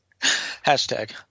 Hashtag